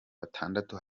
batandatu